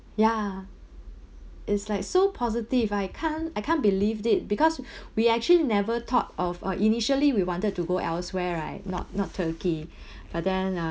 ya it's like so positive I can't I can't believe it because we actually never thought of uh initially we wanted to go elsewhere right not not turkey but then uh~